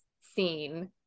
seen